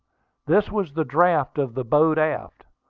this was the draft of the boat aft.